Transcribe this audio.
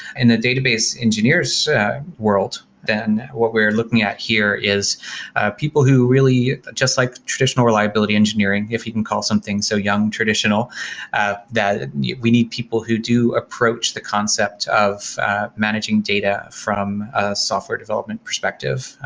and the database engineers' world than what we're looking at here is people who really just like traditional reliability engineering. if you can call something so young traditional ah that we need people who do approach the concept of managing data from a software development perspective,